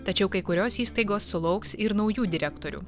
tačiau kai kurios įstaigos sulauks ir naujų direktorių